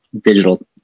digital